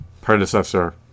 predecessor